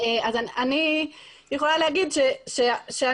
אז אני יכולה להגיד שממש